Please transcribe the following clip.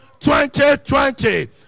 2020